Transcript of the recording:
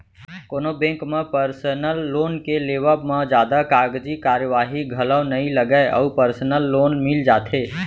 कोनो बेंक म personal loan के लेवब म जादा कागजी कारवाही घलौ नइ लगय अउ परसनल लोन मिल जाथे